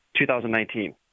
2019